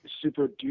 super